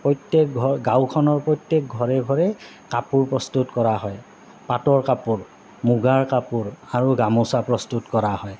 প্ৰত্যেক ঘৰ গাঁওখনৰ প্ৰত্যেক ঘৰে ঘৰে কাপোৰ প্ৰস্তুত কৰা হয় পাটৰ কাপোৰ মুগাৰ কাপোৰ আৰু গামোচা প্ৰস্তুত কৰা হয়